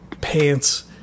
pants